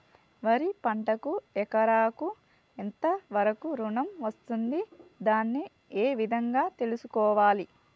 వరి పంటకు ఎకరాకు ఎంత వరకు ఋణం వస్తుంది దాన్ని ఏ విధంగా తెలుసుకోవాలి?